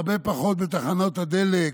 הרבה פחות בתחנות הדלק,